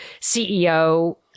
CEO